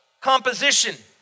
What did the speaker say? composition